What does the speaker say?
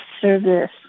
service